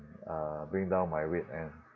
uh bring down my weight and